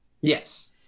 yes